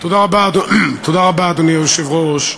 תודה רבה, אדוני היושב-ראש.